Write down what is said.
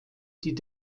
die